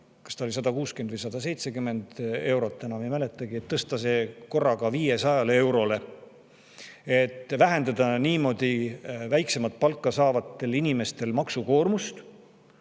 ajal oli 160 või 170 eurot, enam ei mäletagi, tõsta korraga 500 eurole, et vähendada niimoodi väiksemat palka saavate inimeste maksukoormust